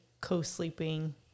co-sleeping